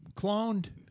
cloned